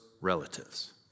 relatives